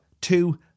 two